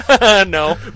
No